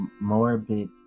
morbid